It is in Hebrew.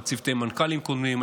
על צוותי מנכ"לים קודמים,